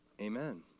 Amen